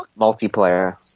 multiplayer